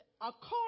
According